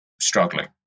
struggling